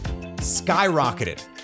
skyrocketed